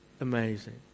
amazing